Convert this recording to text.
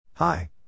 Hi